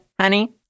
honey